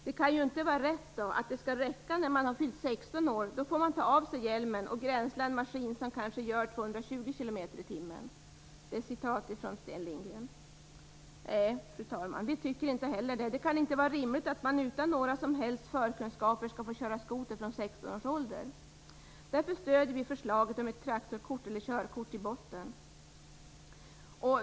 Det kan inte vara rätt att det skall räcka med att du fyllt 16 år så får du ta av hjälmen och grensla en maskin som kanske gör 220 km/tim." Nej, fru talman, vi tycker inte heller det. Det kan inte vara rimligt att man utan några som helst förkunskaper skall få köra skoter från 16 års ålder. Därför stöder vi förslaget om ett traktorkort eller körkort.